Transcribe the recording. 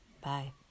Bye